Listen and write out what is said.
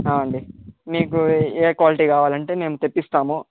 అండి మీకు ఏ క్వాలిటీ కావాలంటే మేము తెప్పిస్తాము